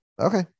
Okay